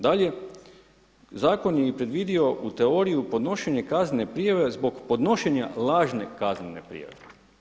Dalje, zakon je i predvidio teoriju podnošenja kaznene prijave zbog podnošenja lažne kaznene prijave.